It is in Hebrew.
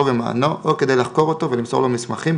ומענו או כדי לחקור אותו ולמסור לו מסמכים,